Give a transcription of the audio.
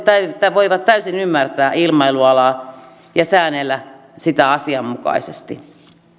he voivat täysin ymmärtää ilmailualaa ja säännellä sitä asianmukaisesti